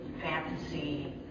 fantasy